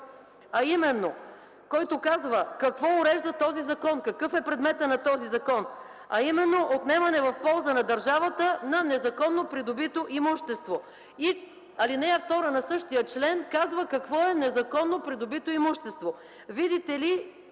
чл. 1, който казва какво урежда този закон, какъв е предметът му, а именно отнемане в полза на държавата на незаконно придобито имущество. Алинея 2 на същия член казва какво е незаконно придобито имущество.